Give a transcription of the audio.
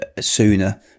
sooner